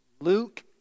Luke